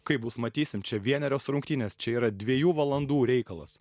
kaip bus matysim čia vienerios rungtynės čia yra dviejų valandų reikalas